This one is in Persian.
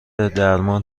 درمان